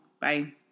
Bye